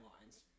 lines